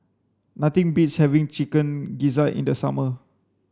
nothing beats having chicken gizzard in the summer